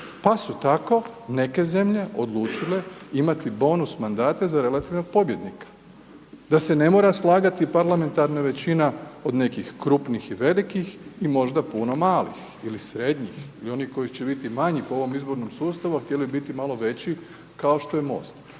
pa su tako neke zemlje odlučile imati bonus mandate za relativnog pobjednika, da se ne mora slagati parlamentarna većina od nekih krupnih i velikih i možda puno malih ili srednjih ili onih koji će biti manji po ovom izbornim sustavu, a htjeli bi biti malo veći, kao što je MOST.